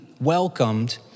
welcomed